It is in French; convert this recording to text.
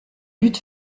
but